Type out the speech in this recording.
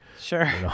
Sure